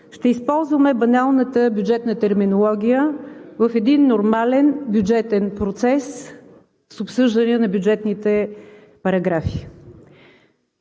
ще използваме баналната бюджетна терминология в един нормален бюджетен процес с обсъждане на бюджетните параграфи.